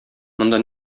монда